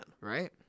right